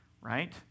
Right